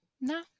No